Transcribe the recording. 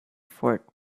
fort